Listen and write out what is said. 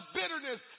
bitterness